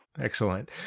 Excellent